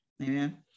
Amen